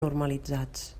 normalitzats